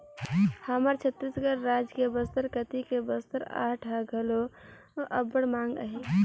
हमर छत्तीसगढ़ राज के बस्तर कती के बस्तर आर्ट ह घलो अब्बड़ मांग अहे